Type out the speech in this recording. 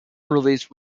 release